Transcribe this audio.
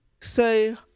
say